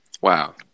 Wow